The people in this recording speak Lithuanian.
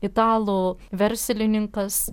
italų verslininkas